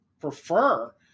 prefer